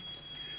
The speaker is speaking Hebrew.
טבגה,